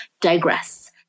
digress